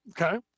okay